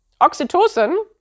Oxytocin